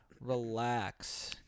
relax